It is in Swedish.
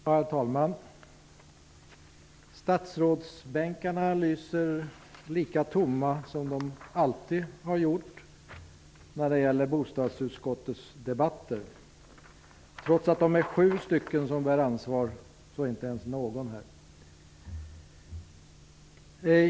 Herr talman! Statsrådsbänkarna lyser lika tomma som de alltid har gjort vid bostadsutskottets debatter. Trots att det är sju stycken i utskottet som bär ansvar är inte ens någon här.